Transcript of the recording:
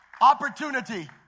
Opportunity